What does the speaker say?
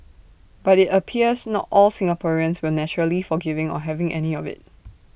but IT appears not all Singaporeans were naturally forgiving or having any of IT